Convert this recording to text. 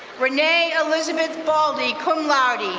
renee elizabeth baldy, cum laude.